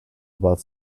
about